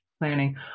planning